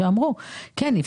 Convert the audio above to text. שאמרו: כן,